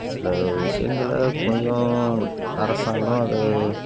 சில விஷயங்கள கொஞ்சம் அரசாங்கம் அது